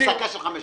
הפסקה של חמש דקות.